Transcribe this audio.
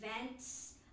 Events